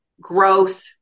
growth